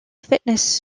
fitness